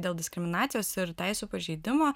dėl diskriminacijos ir teisių pažeidimo